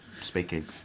speaking